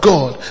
God